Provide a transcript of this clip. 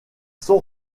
sont